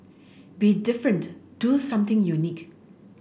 be different do something unique